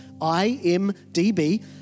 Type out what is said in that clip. IMDb